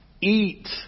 eat